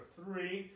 three